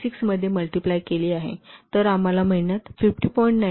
6 मध्ये मल्टिप्लाय केली आहे तर आम्हाला महिन्यात 50